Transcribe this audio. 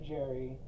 Jerry